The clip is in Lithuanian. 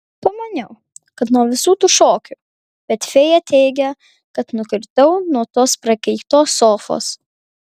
pamaniau kad nuo visų tų šokių bet fėja teigia kad nukritau nuo tos prakeiktos sofos